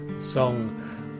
song